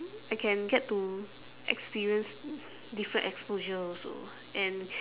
I can get to experience different exposure also and